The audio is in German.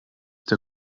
der